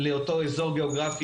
לאותו אזור גיאוגרפי,